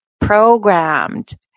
programmed